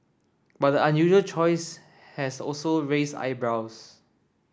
but the unusual choice has also raised eyebrows